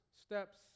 steps